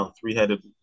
three-headed